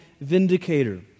vindicator